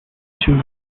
two